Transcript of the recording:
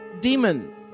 demon